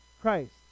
Christ